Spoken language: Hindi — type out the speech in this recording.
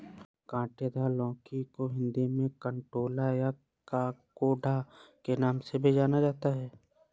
काँटेदार लौकी को हिंदी में कंटोला या ककोड़ा के नाम से भी जाना जाता है